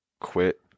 quit